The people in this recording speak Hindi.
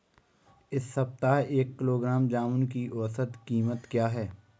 इस सप्ताह एक किलोग्राम जामुन की औसत कीमत क्या है?